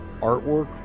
artwork